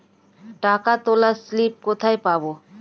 টাকা তোলার স্লিপ কোথায় পাব?